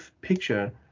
picture